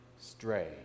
stray